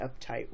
uptight